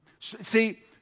See